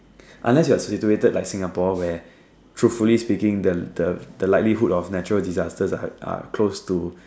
unless you're situated like Singapore where truthfully speaking the the the likelihood of natural disasters are are close to